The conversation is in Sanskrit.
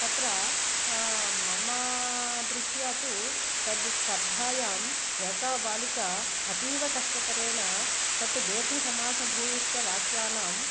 तत्र मम दृष्ट्या तु तत् स्पर्धायां एका बालिका अतीवकष्टतरेन तत् दीर्घ समासभूयिष्टवाक्यानां